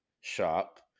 shop